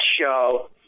show